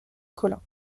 collin